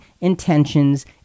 intentions